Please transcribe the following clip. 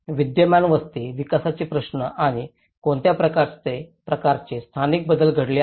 विद्यमान वस्ती विकासाचे प्रश्न आणि कोणत्या प्रकारचे स्थानिक बदल घडले आहेत